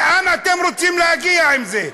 לאן אתם רוצים להגיע עם זה?